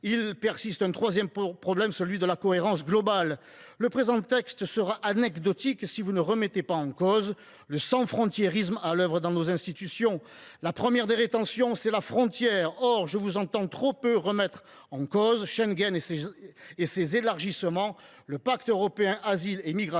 Enfin, le troisième problème est celui de la cohérence globale. Le présent texte sera anecdotique si vous ne remettez pas en cause le sans frontiérisme à l’œuvre dans nos institutions. La première des rétentions, c’est la frontière. Or je vous entends trop peu remettre en cause Schengen et ses élargissements, le pacte européen sur la migration